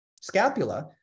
scapula